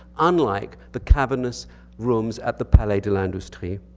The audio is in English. unlike the cavernous rooms at the palais de l'industrie.